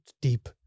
deep